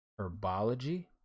herbology